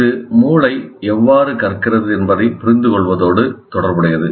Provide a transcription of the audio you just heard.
இது மூளை எவ்வாறு கற்கிறது என்பதைப் புரிந்துகொள்வதோடு தொடர்புடையது